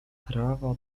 trawa